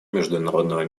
международного